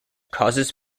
causes